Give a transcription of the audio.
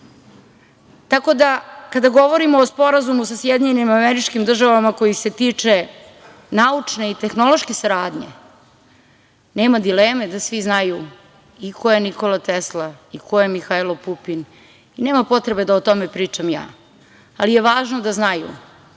da, kada govorimo o Sporazumu sa SAD koji se tiče naučne i tehnološke saradnje, nema dileme da svi znaju i ko je Nikola Tesla i ko je Mihajlo Pupin, nema potrebe da o tome pričam ja, ali je važno da znaju